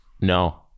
No